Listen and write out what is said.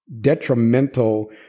detrimental